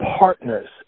partners